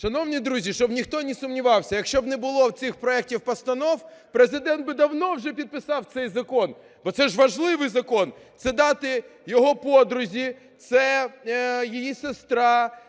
Шановні друзі, щоб ніхто не сумнівався, якщо б не було оцих проектів постанов, Президент би давно уже підписав цей закон, бо це ж важливий закон. Це дати його подрузі, це її сестра,